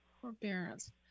Forbearance